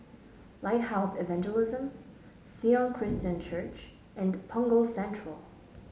Lighthouse Evangelism Sion Christian Church and Punggol Central